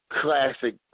Classic